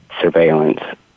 surveillance